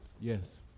Yes